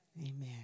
Amen